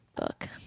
book